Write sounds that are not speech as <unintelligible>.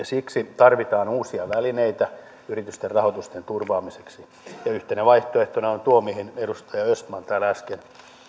<unintelligible> siksi tarvitaan uusia välineitä yritysten rahoituksen turvaamiseksi ja yhtenä vaihtoehtona on tuo mistä edustaja östman täällä äsken